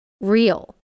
real